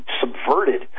subverted